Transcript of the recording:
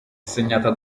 segnata